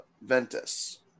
Ventus